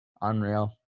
Unreal